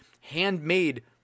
handmade